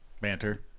banter